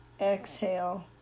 exhale